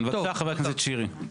בבקשה חבר הכנסת שירי.